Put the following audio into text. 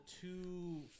two